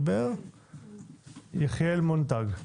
בבקשה, יחיאל מונטג,